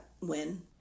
win